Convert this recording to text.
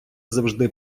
завжди